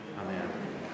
Amen